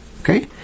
Okay